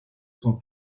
son